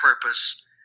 purpose